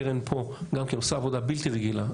קרן פה גם כן עושה עבודה בלתי רגילה,